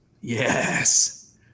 Yes